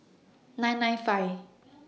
nine nine five